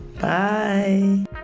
bye